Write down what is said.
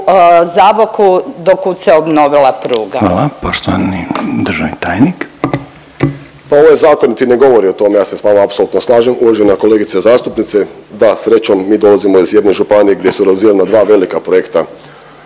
**Jandroković, Gordan (HDZ)** Hvala. Poštovani državni tajnik. **Tušek, Žarko (HDZ)** Ovaj zakon niti ne govori o tome, ja se s vama apsolutno slažem. Uvažena kolegice zastupnice da srećom mi dolazimo iz jedne županije gdje su razvijena dva velika projekta